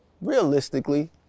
realistically